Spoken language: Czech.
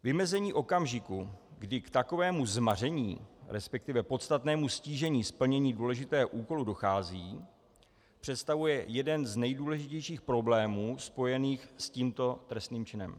Vymezení okamžiku, kdy k takovému zmaření, respektive podstatnému ztížení splnění důležitého úkolu dochází, představuje jeden z nejdůležitějších problémů spojených s tímto trestným činem.